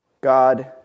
God